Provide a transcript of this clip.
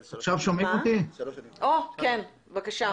בבקשה.